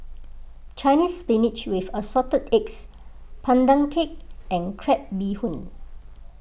Chinese Spinach with Assorted Eggs Pandan Cake and Crab Bee Hoon